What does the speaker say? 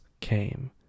came